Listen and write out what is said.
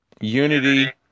unity